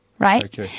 Right